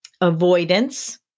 Avoidance